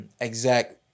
exact